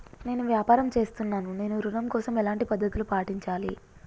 నేను వ్యాపారం చేస్తున్నాను నేను ఋణం కోసం ఎలాంటి పద్దతులు పాటించాలి?